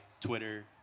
Twitter